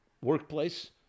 workplace